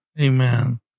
Amen